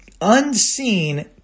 unseen